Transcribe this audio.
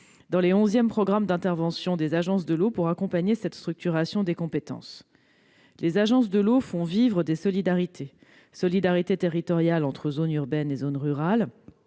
dans les onzièmes programmes d'intervention des agences de l'eau, pour accompagner cette structuration des compétences. Les agences font vivre des solidarités : solidarité territoriale entre zones urbaines et zones rurales